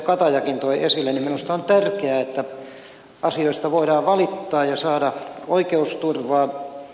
katajakin toi esille minusta on tärkeää että asioista voidaan valittaa ja saada oikeusturvaa